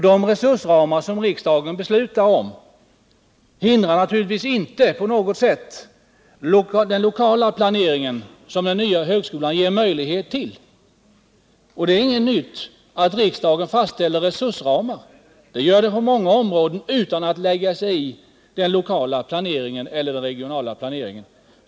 De resursramar som riksdagen beslutar om hindrar naturligtvis inte på något sätt den lokala planering som den nya högskolan ger möjlighet till. Det är inget nytt att riksdagen fastställer resursramar. Det gör den på många områden utan att lägga sig i den lokala eller regionala planeringen.